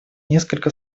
несколько